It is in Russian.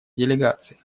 делегации